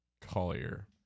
Collier